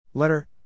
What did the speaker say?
Letter